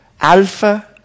alpha